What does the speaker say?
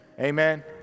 amen